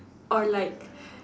or like